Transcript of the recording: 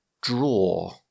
draw